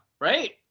right